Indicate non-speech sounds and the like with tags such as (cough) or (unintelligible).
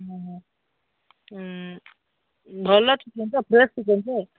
(unintelligible) ଭଲ ଚିକେନ୍ ତ fresh chicken ତ